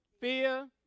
Fear